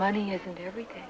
money isn't everything